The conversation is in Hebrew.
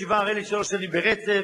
יושב-ראש הסוכנות,